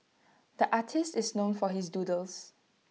the artist is known for his doodles